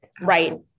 right